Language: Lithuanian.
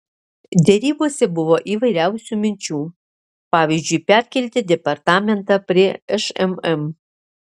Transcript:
derybose buvo įvairiausių minčių pavyzdžiui perkelti departamentą prie šmm